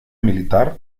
militar